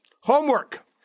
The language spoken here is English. homework